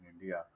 india